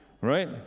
Right